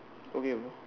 okay bro